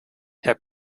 herr